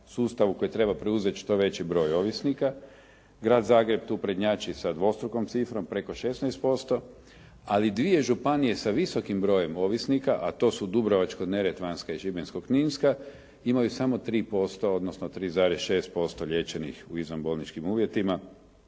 sustavu koje treba preuzeti što veći broj ovisnika, Grad Zagreb tu prednjači sa dvostrukom cifrom preko 16%,ali dvije županije sa visokim brojem ovisnika a to su Dubrovačko-neretvanska i Šibensko-kninska imaju samo 3%, odnosno 3,6% liječenih u izvan bolničkim uvjetima,